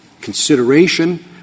consideration